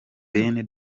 bene